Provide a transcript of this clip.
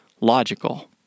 logical